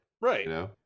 Right